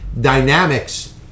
dynamics